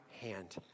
hand